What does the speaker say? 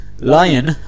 lion